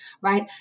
right